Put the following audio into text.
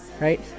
right